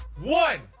one,